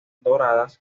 doradas